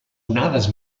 onades